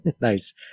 Nice